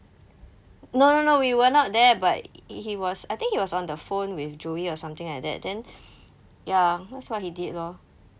no no no we were not there but he was I think he was on the phone with joey or something like that then ya that's what he did lor